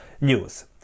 news